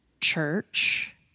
church